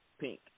pink